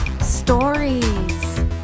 Stories